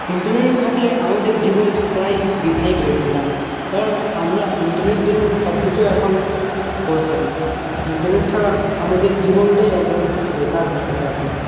internet না থাকলে আমাদের জীবন প্রায় বৃথাই বলতে গেলে কারণ আমরা ইন্টারনেট দরুনই সবকিছু এখন করে থাকি ইন্টারনেট ছাড়া আমাদের জীবনটাই একদম বেকার হয়ে থাকে এখন